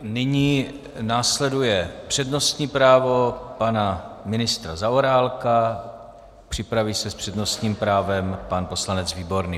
Nyní následuje přednostní právo pana ministra Zaorálka, připraví se s přednostním právem pan poslanec Výborný.